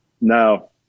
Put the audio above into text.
No